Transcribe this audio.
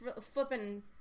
flipping